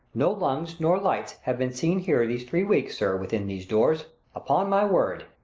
no lungs, nor lights have been seen here these three weeks, sir, within these doors, upon my word.